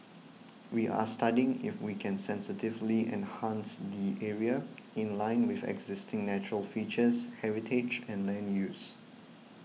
we are studying if we can sensitively enhance the area in line with existing natural features heritage and land use